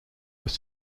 was